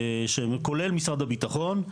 כולל משרד הביטחון.